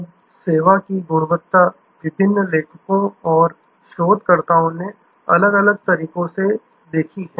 अब सेवा की गुणवत्ता विभिन्न लेखकों और शोधकर्ताओं ने अलग अलग तरीकों से देखी है